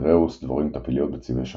תיראוס – דבורים טפיליות, בצבעי שחור-לבן.